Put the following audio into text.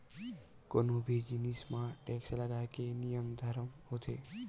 कोनो भी जिनिस म टेक्स लगाए के नियम धरम होथे